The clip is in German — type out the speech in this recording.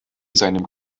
seinem